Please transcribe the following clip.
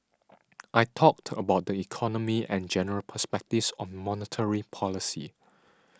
I talked about the economy and general perspectives on monetary policy